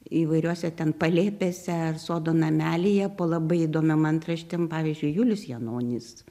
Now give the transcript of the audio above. įvairiuose ten palėpėse sodo namelyje po labai įdomiom antraštėm pavyzdžiui julius janonis